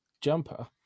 jumper